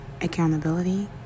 accountability